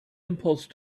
impulse